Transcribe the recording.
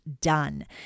done